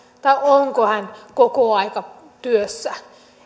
vai onko hän kokoaikatyössä